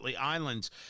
Islands